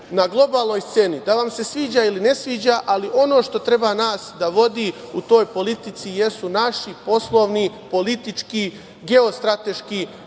na globalnoj sceni da vam se sviđa ili ne sviđa, ali ono što treba nas da vodi u toj politici jesu naši poslovni, politički, geostrateški